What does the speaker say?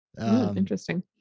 Interesting